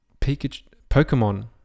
Pokemon